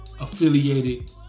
Affiliated